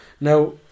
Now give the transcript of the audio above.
Now